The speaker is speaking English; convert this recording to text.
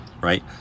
right